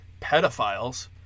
pedophiles